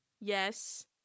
Yes